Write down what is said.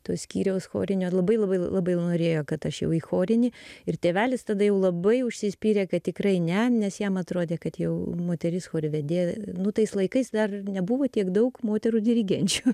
to skyriaus chorinio labai labai labai norėjo kad aš jau į chorinį ir tėvelis tada jau labai užsispyrė kad tikrai ne nes jam atrodė kad jau moteris chorvedė nu tais laikais dar nebuvo tiek daug moterų dirigenčių